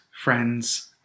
friends